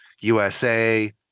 usa